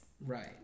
Right